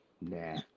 Nah